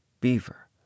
beaver